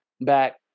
back